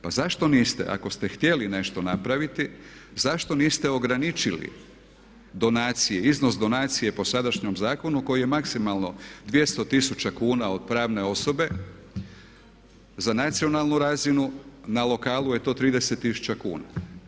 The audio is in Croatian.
Pa zašto niste ako ste htjeli nešto napraviti zašto niste ograničili donacije, iznos donacije po sadašnjem zakonu koji je maksimalno 200 tisuća kuna od pravne osobe za nacionalnu razinu, na lokalu je to 30 tisuća kuna.